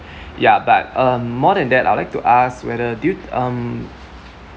ya but um more than that I'd like to ask whether do you um